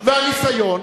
הניסיון